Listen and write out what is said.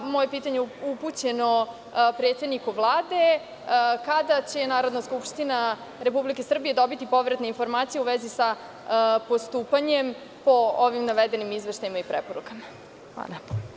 Moje pitanje je upućeno predsedniku Vlade – kada će Narodna skupština Republike Srbije dobiti povratne informacija u vezi sa postupanjem po ovim navedenim izveštajima i preporukama.